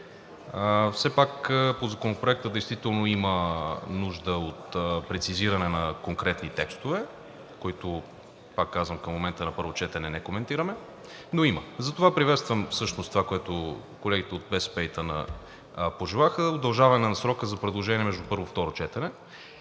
Все пак по Законопроекта действително има нужда от прецизиране на конкретни текстове, които, пак казвам, към момента на първо четене не коментираме, но има. Затова приветствам това, което колегите от БСП и ИТН пожелаха – удължаване на срока за предложения между първо и второ четене.